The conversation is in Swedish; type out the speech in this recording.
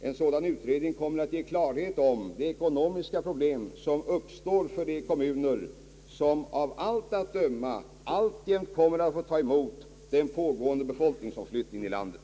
En sådan utredning kommer att ge klarhet om de ekonomiska problem, som uppstår för de kommuner som av allt att döma alltjämt kommer att få ta emot den pågående befolkningsomflyttningen i landet.